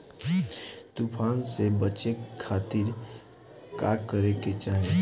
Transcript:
तूफान से बचे खातिर का करे के चाहीं?